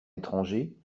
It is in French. étranger